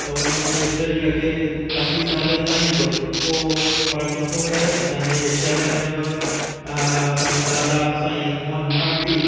त उन जे शरीर खे असीं साल ताईं बि को फ़र्क़ु नथो पए असांजे शहर में बि असांजो दादा साईं मोहन भारती